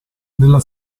nella